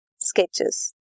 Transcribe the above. sketches